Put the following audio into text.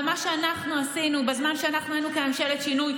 ומה שאנחנו עשינו בזמן שאנחנו היינו כממשלת שינוי,